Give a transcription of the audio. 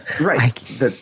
Right